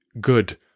good